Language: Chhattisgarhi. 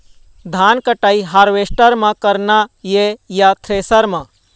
धान कटाई हारवेस्टर म करना ये या थ्रेसर म?